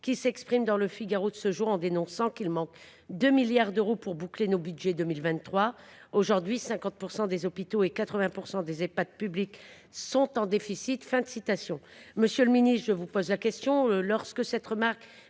FHF, s’exprime dans de ce jour, en dénonçant le fait qu’« il manque 2 milliards d’euros pour boucler nos budgets 2023. Aujourd’hui, 50 % des hôpitaux et 80 % des Ehpad publics sont en déficit.